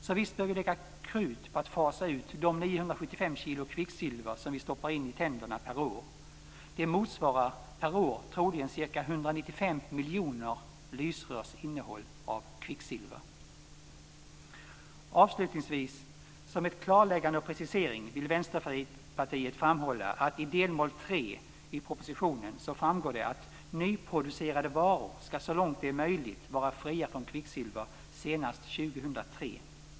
Så visst bör vi lägga krut på att fasa ut de 975 kilo kvicksilver som vi stoppar in i tänderna per år. Det motsvarar per år troligen ca 195 miljoner lysrörs innehåll av kvicksilver. Avslutningsvis vill Vänsterpartiet som ett klarläggande och en precisering framhålla att det i delmål 3 i propositionen framgår att nyproducerade varor så långt det är möjligt ska vara fria från kvicksilver senast 2003.